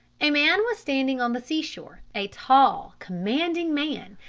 a man was standing on the sea shore, a tall, commanding man,